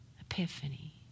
Epiphany